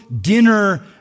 dinner